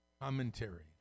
Commentary